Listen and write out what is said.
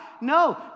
No